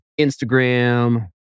Instagram